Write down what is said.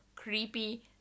creepy